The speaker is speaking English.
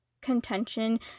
contention